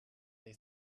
they